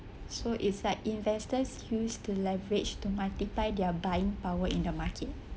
so it's like investors used to leverage to multiply their buying power in the market